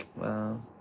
Wow